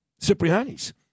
Cipriani's